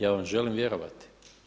Ja vam želim vjerovati.